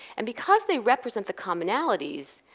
and because they represent the commonalities,